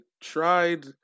tried